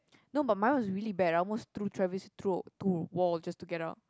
no but mine was really bad I almost threw Travis throw to wall just to get out